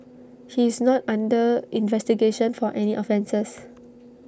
he is not under investigation for any offences